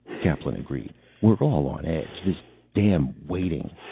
kaplan agreed. we're all on edge. this damn waiting.